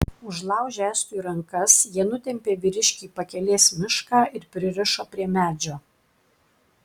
užlaužę estui rankas jie nutempė vyriškį į pakelės mišką ir pririšo prie medžio